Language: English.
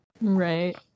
Right